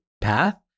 path